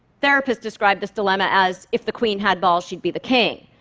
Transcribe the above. therapists describe this dilemma as if the queen had balls, she'd be the king.